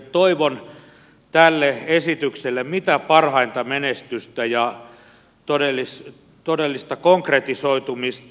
toivon tälle esitykselle mitä parhainta menestystä ja todellista konkretisoitumista